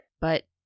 But-